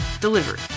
delivery